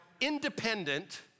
independent